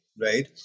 right